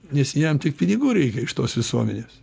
nes jam tik pinigų reikia iš tos visuomenės